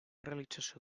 realització